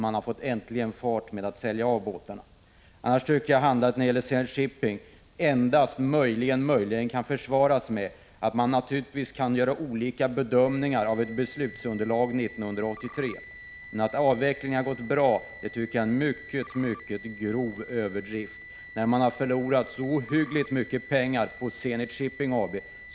Man har äntligen fått fart på försäljningen av båtarna. Annars tycker jag att handlandet när det gäller Zenit Shipping AB möjligen kan försvaras endast med att man naturligtvis kan göra olika bedömningar av ett beslutsunderlag 1983. Men att avvecklingen har gått bra tycker jag är en mycket grov överdrift, när man har förlorat så ohyggligt mycket pengar på Zenit Shipping AB.